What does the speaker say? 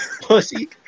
pussy